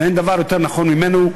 ואין דבר יותר נכון ממנו,